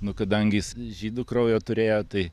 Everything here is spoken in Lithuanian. nu kadangi jis žydų kraujo turėjo tai